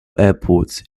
airport